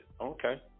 okay